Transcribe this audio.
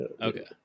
Okay